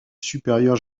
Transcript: supérieur